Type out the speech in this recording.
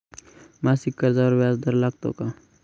मासिक कर्जावर व्याज दर लागतो का?